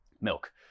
Milk